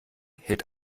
hält